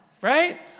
right